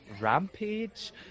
rampage